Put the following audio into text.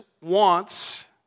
wants